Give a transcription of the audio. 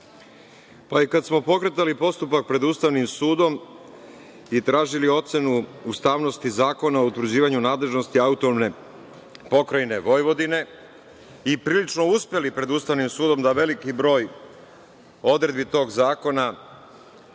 Kada smo pokretali postupak pred Ustavnim sudom i tražili ocenu ustavnosti Zakona o utvrđivanju nadležnosti AP Vojvodine i prilično uspeli pred Ustavnim sudom da veliki broj odredbi tog zakona,